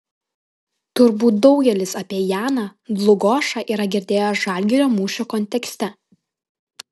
turbūt daugelis apie janą dlugošą yra girdėję žalgirio mūšio kontekste